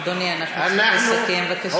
אדוני, אנחנו צריכים לסכם, בבקשה.